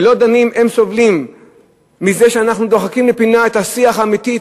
ולא דנים אם סובלים מזה שאנחנו דוחקים לפינה את השיח האמיתי,